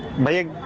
make